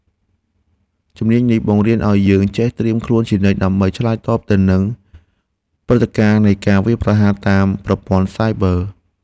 ជំនាញនេះបង្រៀនឱ្យយើងចេះត្រៀមខ្លួនជានិច្ចដើម្បីឆ្លើយតបទៅនឹងព្រឹត្តិការណ៍នៃការវាយប្រហារតាមប្រព័ន្ធសាយប័រ។